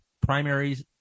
Primaries